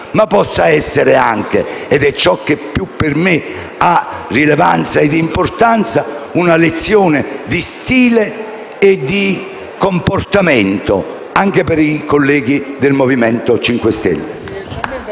ma possano essere anche - ed è ciò che per me ha la rilevanza e l'importanza maggiori - una lezione di stile e di comportamento anche per i colleghi del Movimento 5 Stelle.